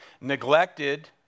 Neglected